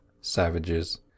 savages